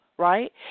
Right